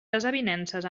desavinences